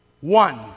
one